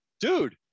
dude